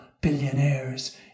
billionaires